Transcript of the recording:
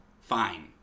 fine